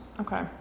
Okay